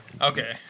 Okay